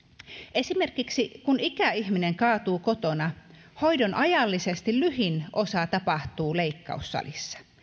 esimerkiksi kun ikäihminen kaatuu kotona hoidon ajallisesti lyhin osa tapahtuu leikkaussalissa